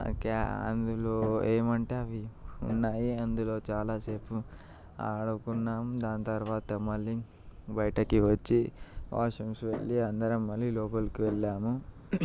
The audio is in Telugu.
అందులో ఏమి అంటే అవి ఉన్నాయి అందులో చాలాసేపు ఆడుకున్నాము దాని తరువాత మళ్ళీ బయటకి వచ్చి వాష్రూమ్స్ వెళ్ళి అందరం మళ్ళీ లోపలికి వెళ్ళాము